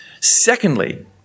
Secondly